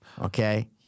okay